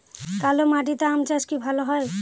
কালো মাটিতে আম চাষ কি ভালো হয়?